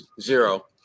zero